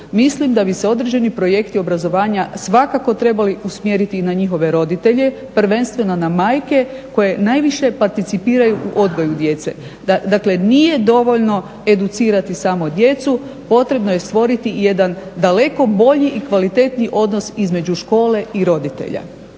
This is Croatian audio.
Mislim da bi se određeni projekti obrazovanja svakako trebali usmjeriti i na njihove roditelje prvenstveno na majke koje najviše participiraju u odgoju djece. Dakle, nije dovoljno educirati samo djecu, potrebno je stvoriti i jedan daleko bolji i kvalitetniji odnos između škole i roditelja